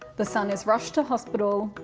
the son is rushed to hospital.